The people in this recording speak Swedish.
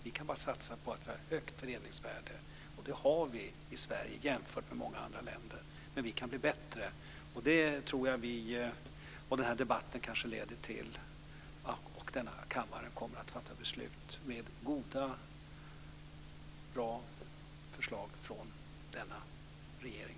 Vi kan bara satsa på ett högt förädlingsvärde. Det har vi i Sverige jämfört med många andra länder. Men vi kan bli bättre. Denna debatt kan leda till att kammaren fattar beslut efter många bra förslag från denna regering.